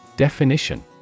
Definition